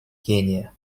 кения